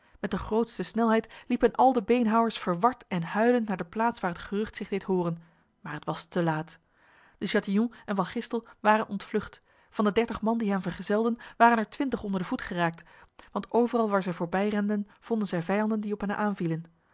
met de grootste snelheid liepen al de beenhouwers verward en huilend naar de plaats waar het gerucht zich deed horen maar het was te laat de chatillon en van gistel waren ontvlucht van de dertig man die hen vergezelden waren er twintig onder de voet geraakt want overal waar zij voorbijrenden vonden zij vijanden die op hen aanvielen